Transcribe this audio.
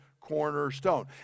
cornerstone